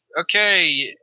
okay